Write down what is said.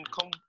come